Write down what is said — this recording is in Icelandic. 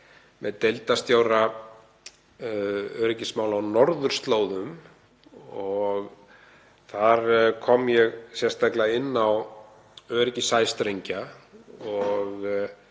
með deildarstjóra öryggismála á norðurslóðum. Þar kom ég sérstaklega inn á öryggi sæstrengja og